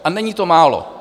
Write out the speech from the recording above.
A není to málo.